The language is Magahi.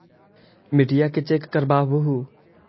मिट्टीया के चेक करबाबहू?